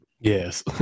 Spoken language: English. Yes